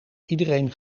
iedereen